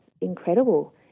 incredible